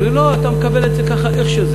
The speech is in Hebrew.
אמרו לי: לא, אתה מקבל את זה ככה, איך שזה.